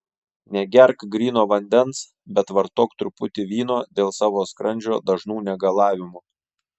negerk gryno vandens bet vartok truputį vyno dėl savo skrandžio dažnų negalavimų